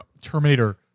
Terminator